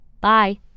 Bye